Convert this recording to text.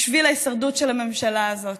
בשביל ההישרדות של הממשלה הזאת.